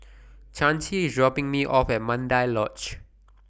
Chancy IS dropping Me off At Mandai Lodge